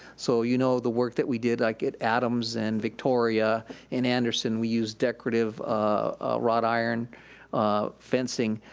so you know, the work that we did, like at adams and victoria and andersen, we used decorative wrought iron fencing,